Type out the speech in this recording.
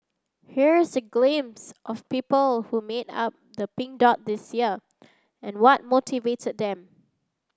here is a glimpse of people who made up the Pink Dot this year and what motivated them